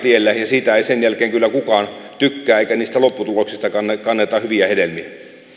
tiellä ja siitä ei sen jälkeen kyllä kukaan tykkää eikä niistä lopputuloksista kanneta hyviä hedelmiä